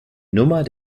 nummer